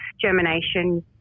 germination